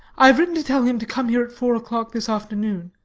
i have written to tell him to come here at four o'clock this afternoon.